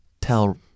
tell